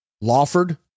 Lawford